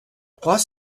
trois